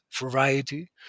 variety